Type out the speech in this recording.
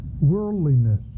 Worldliness